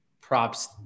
props